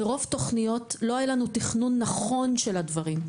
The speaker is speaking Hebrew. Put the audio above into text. מרוב תוכניות לא היה לנו תכנון נכון של הדברים.